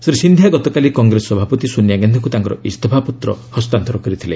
ଶ୍ରୀ ସିନ୍ଧିଆ ଗତକାଲି କଂଗ୍ରେସ ସଭାପତି ସୋନିଆ ଗାନ୍ଧିଙ୍କ ତାଙ୍କର ଇସ୍ତଫା ପତ୍ର ହସ୍ତାନ୍ତର କରିଥିଲେ